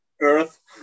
Earth